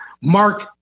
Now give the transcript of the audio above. Mark